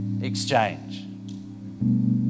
exchange